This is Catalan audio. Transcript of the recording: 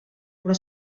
però